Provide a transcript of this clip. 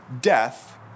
death